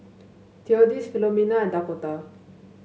Theodis Filomena and Dakotah